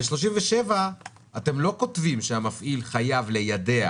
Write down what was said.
בסעיף 37 אתם לא כותבים שהמפעיל חייב ליידע